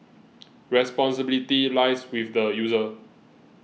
responsibility lies with the user